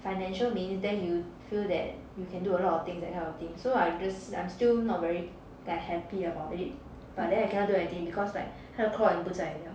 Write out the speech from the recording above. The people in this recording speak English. financial means then you feel that you can do a lot of things that kind of thing so I'm just I'm still not very like happy about it but then I cannot do anything because like 他的 claw 已经不在 [liao]